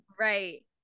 Right